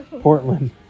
portland